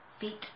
feet